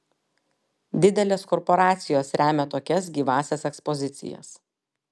didelės korporacijos remia tokias gyvąsias ekspozicijas